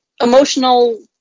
emotional